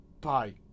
bye